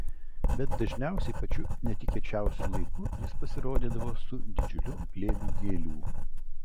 bet dažniausiai pačiu netikėčiausiu laiku jis pasirodydavo su didžiuliu glėbiu gėlių